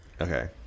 okay